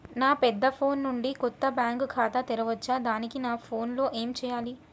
నా పెద్ద ఫోన్ నుండి కొత్త బ్యాంక్ ఖాతా తెరవచ్చా? దానికి నా ఫోన్ లో ఏం చేయాలి?